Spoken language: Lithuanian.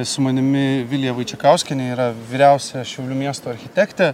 su manimi vilija vaičekauskienė yra vyriausia šiaulių miesto architektė